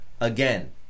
again